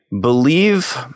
believe